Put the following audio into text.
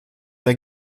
der